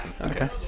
Okay